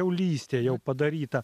kiaulystė jau padaryta